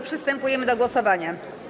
Przystępujemy do głosowania.